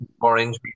orange